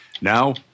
Now